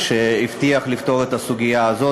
שהבטיח לפתור את הסוגיה הזאת